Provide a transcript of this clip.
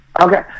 Okay